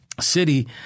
city